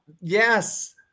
Yes